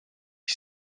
qui